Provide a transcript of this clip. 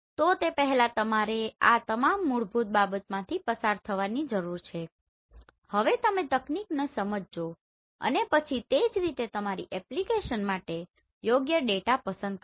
તો તે પહેલાં તમારે આ તમામ મૂળભૂત બાબતોમાંથી પસાર થવાની જરૂર છે હવે તમે તકનીકોને સમજજો અને પછી તે જ રીતે તમારી એપ્લિકેશન માટે યોગ્ય ડેટા પસંદ કરજો